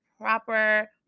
proper